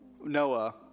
Noah